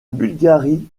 bulgarie